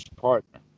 partner